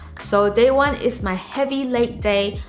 so, day one is my heavy leg day.